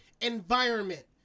environment